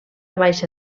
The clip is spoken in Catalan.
baixa